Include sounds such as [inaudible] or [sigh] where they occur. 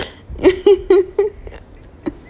[laughs]